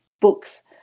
books